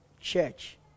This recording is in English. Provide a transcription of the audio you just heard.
Church